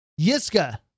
Yiska